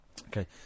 Okay